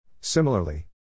Similarly